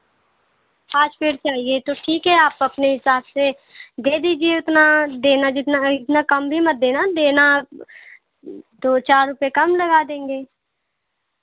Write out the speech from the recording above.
पाँच पेड़ चाहिए तो ठीक है आप अपने हिसाब से दे दीजिए उतना देना जितना उतना कम भी मत देना देना दो चार रुपये कम लगा देंगे